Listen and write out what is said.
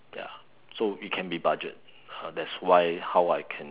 ya so you can be budget ah that's why how I can